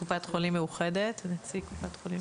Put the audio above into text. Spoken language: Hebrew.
נציג קופת חולים מאוחדת, נמצא איתנו